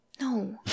No